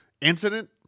Incident